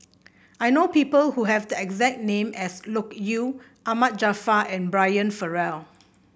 I know people who have the exact name as Loke Yew Ahmad Jaafar and Brian Farrell